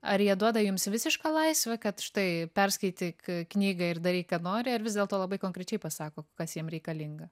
ar jie duoda jums visišką laisvę kad štai perskaityk knygą ir daryk ką nori ar vis dėlto labai konkrečiai pasako kas jiem reikalinga